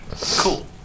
Cool